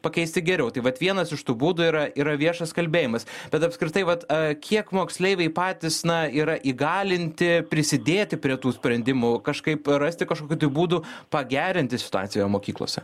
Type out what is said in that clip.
pakeisti geriau tai vat vienas iš tų būdų yra yra viešas kalbėjimas bet apskritai vat kiek moksleiviai patys na yra įgalinti prisidėti prie tų sprendimų kažkaip rasti kažkokių tai būdų pagerinti situaciją mokyklose